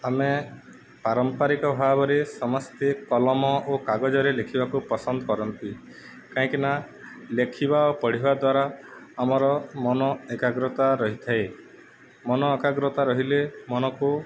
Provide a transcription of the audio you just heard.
ଆମେ ପାରମ୍ପାରିକ ଭାବରେ ସମସ୍ତେ କଲମ ଓ କାଗଜରେ ଲେଖିବାକୁ ପସନ୍ଦ କରନ୍ତି କାହିଁକିନା ଲେଖିବା ଓ ପଢ଼ିବା ଦ୍ୱାରା ଆମର ମନ ଏକାଗ୍ରତା ରହିଥାଏ ମନ ଏକାଗ୍ରତା ରହିଲେ ମନକୁ